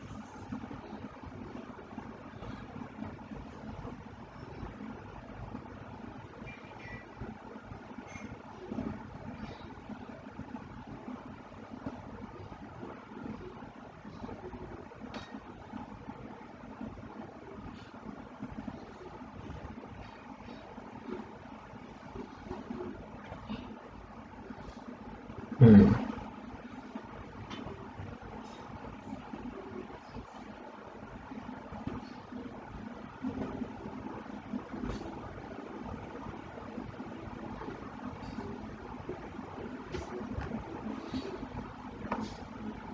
mm